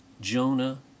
Jonah